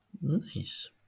nice